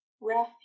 refuge